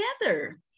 together